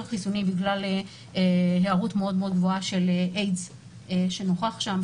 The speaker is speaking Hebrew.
חיסוני בגלל שכיחות מאוד מאוד גבוהה של איידס שנוכח שם,